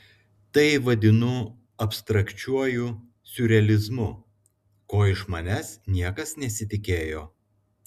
tai vadinu abstrakčiuoju siurrealizmu ko iš manęs niekas nesitikėjo